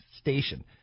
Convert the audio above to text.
station